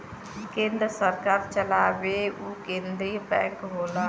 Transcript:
केन्द्र सरकार चलावेला उ केन्द्रिय बैंक होला